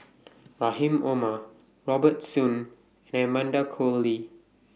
Rahim Omar Robert Soon and Amanda Koe Lee